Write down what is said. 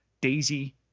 Daisy